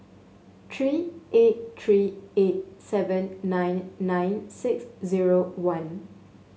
three eight three eight seven nine nine six zero one